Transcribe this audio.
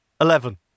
Eleven